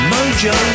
Mojo